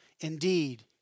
Indeed